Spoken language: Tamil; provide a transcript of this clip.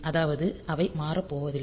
அதாவது அவை மாறப்போவதில்லை